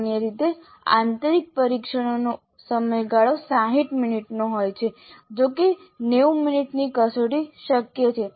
સામાન્ય રીતે આંતરિક પરીક્ષણોનો સમયગાળો 60 મિનિટનો હોય છે જો કે 90 મિનિટની કસોટી શક્ય છે